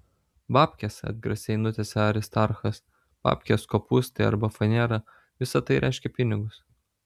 babkės atgrasiai nutęsė aristarchas babkės kopūstai arba fanera visa tai reiškia pinigus